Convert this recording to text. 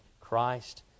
Christ